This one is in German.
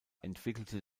entwickelte